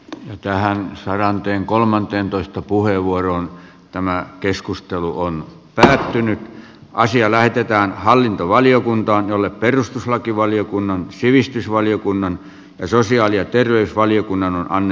mitään suoraan tien kolmanteentoista puheenvuoroaan tämä keskustelu on pysähtynyt asia lähetetään hallintovaliokuntaan jolle perustuslakivaliokunnan sivistysvaliokunnan sosiaali ja terveysvaliokunnan on